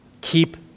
Keep